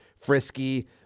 Frisky